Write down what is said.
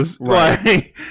Right